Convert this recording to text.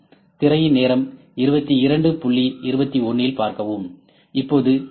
திரையின் நேரம் 2221 இல் பார்க்கவும் இப்போது சி